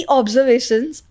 observations